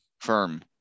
firm